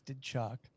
Chuck